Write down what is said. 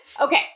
Okay